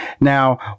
Now